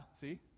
see